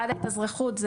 עד ההתאזרחות.